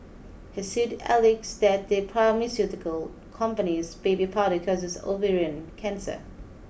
her suit alleges that the pharmaceutical company's baby powder causes ovarian cancer